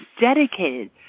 dedicated